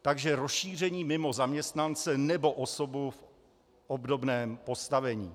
Takže rozšíření mimo zaměstnance nebo osobu v obdobném postavení.